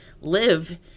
live